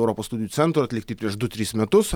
europos studijų centro atlikti prieš du tris metus